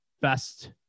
best